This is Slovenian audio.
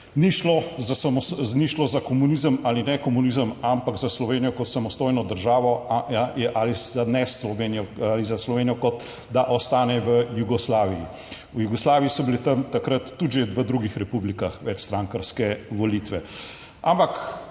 ni šlo za komunizem ali ne komunizem, ampak za Slovenijo kot samostojno državo ali za ne Slovenijo, ali za Slovenijo, kot da ostane v Jugoslaviji. V Jugoslaviji so bile tam takrat tudi že v drugih republikah večstrankarske volitve,